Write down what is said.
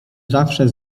zawsze